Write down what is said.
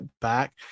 back